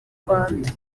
rwanda